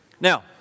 Now